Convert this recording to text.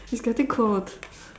it's getting cold